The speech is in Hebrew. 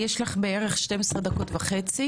ישירה לנושאים הרלוונטיים שעמדו בלב הבחינה של הצוות הבין-משרדי.